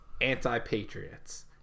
anti-patriots